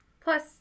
Plus